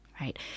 right